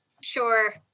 Sure